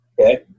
okay